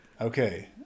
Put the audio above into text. Okay